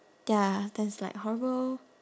ya that's like horrible